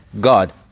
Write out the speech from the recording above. God